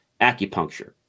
acupuncture